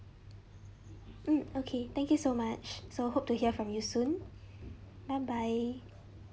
mm okay thank you so much so hope to hear from you soon bye bye